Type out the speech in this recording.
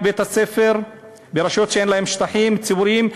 בית-הספר ברשויות שאין להן שטחים ציבוריים.